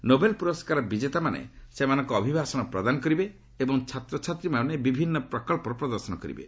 Nobel ପ୍ରରସ୍କାର ବିଜେତାମାନେ ସେମାନଙ୍କ ଅଭିଭାଷଣ ପ୍ରଦାନ କରିବେ ଏବଂ ଛାତ୍ରଛାତ୍ରୀମାନେ ବିଭିନ୍ନ ପ୍ରକଳ୍ପ ପ୍ରଦର୍ଶନ କରିବେ